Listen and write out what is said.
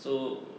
so